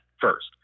first